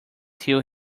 till